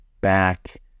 back